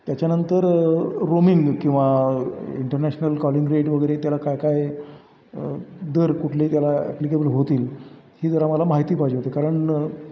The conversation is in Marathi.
त्याच्यानंतर रोमिंग किंवा इंटरनॅशनल कॉलिंग रेट वगैरे त्याला काय काय दर कुठलेही त्याला ॲप्लिकेबल होतील ही जरा मला माहिती पाहिजे होती कारण